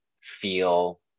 feel